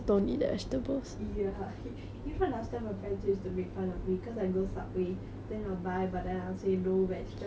ya you know last time my friends used to make fun of me because I go Subway then I'll buy but then I'll say no vegetables